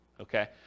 Okay